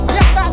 Yes